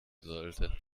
sollte